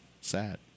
sad